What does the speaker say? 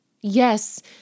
Yes